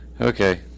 okay